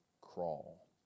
crawl